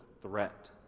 threat